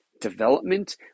development